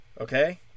Okay